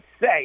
say